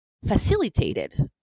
facilitated